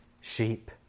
sheep